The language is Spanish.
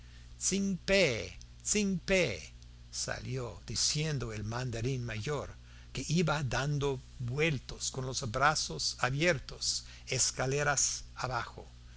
tsing pé tsing pé salió diciendo el mandarín mayor que iba dando vueltas con los brazos abiertos escaleras abajo